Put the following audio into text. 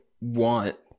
want